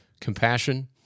compassion